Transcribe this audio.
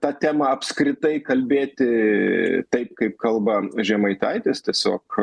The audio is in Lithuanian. ta tema apskritai kalbėti taip kaip kalba žemaitaitis tiesiog